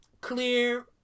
Clear